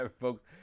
folks